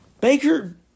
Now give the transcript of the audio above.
Baker